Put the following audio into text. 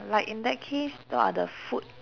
like in that case what are the food